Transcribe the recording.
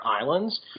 Islands